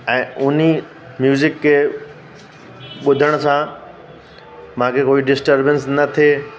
ऐं उन म्यूज़िक खे ॿुधण सां मूंखे कोई डिस्टरबैंस न थिए